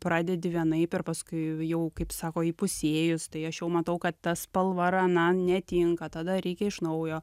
pradedi vienaip ir paskui jau kaip sako įpusėjus tai aš jau matau kad ta spalva ar ana netinka tada reikia iš naujo